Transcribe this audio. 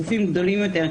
גופים גדולים יותר,